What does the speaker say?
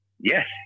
Yes